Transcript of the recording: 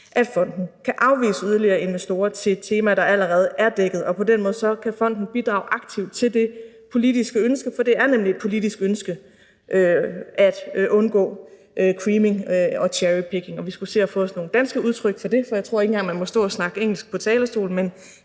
at fonden kan afvise yderligere investorer til temaer, der allerede er dækket. På den måde kan fonden bidrage aktivt til det politiske ønske, for det er nemlig et politisk ønske at undgå creaming og cherrypicking. Og vi skulle se at få os nogle danske udtryk for det, for jeg tror ikke engang, man må stå og snakke engelsk på talerstolen,